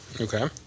Okay